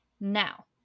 Now